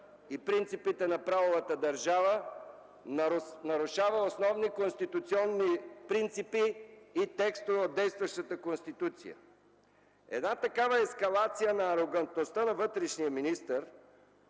и принципите на правовата държава, нарушава основни конституционни принципи и текстове от действащата Конституция. Ескалацията на арогантността на вътрешния министър